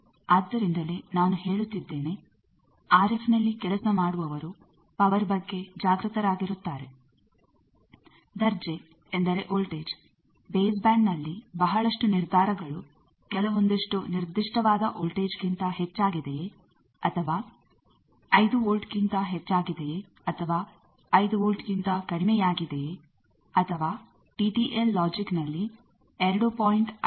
ಈಗ ಆದ್ದರಿಂದಲೇ ನಾನು ಹೇಳುತ್ತಿದ್ದೇನೆ ಆರ್ ಎಫ್ ನಲ್ಲಿ ಕೆಲಸ ಮಾಡುವವರು ಪವರ್ ಬಗ್ಗೆ ಜಾಗೃತರಾಗಿರುತ್ತಾರೆ ದರ್ಜೆ ಎಂದರೆ ವೋಲ್ಟೇಜ್ ಬೇಸ್ ಬ್ಯಾಂಡ್ನಲ್ಲಿ ಬಹಳಷ್ಟು ನಿರ್ಧಾರಗಳು ಕೆಲವೊಂದಿಷ್ಟು ನಿರ್ದಿಷ್ಟವಾದ ವೋಲ್ಟೇಜ್ಗಿಂತ ಹೆಚ್ಚಾಗಿದೆಯೇ ಅಥವಾ 5 ವೋಲ್ಟ್ಕ್ಕಿಂತ ಹೆಚ್ಚಾಗಿದೆಯೇ ಅಥವಾ 5 ವೋಲ್ಟ್ಕ್ಕಿಂತ ಕಡಿಮೆಯಾಗಿದೆಯೇ ಅಥವಾ ಟಿ ಟಿ ಎಲ್ ಲಾಜಿಕ್ ನಲ್ಲಿ 2